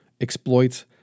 exploits